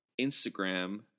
Instagram